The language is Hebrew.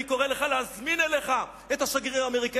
אני קורא לך להזמין אליך את השגריר האמריקני